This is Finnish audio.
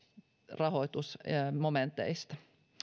rahoitusmomenteista